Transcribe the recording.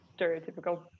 stereotypical